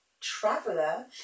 traveler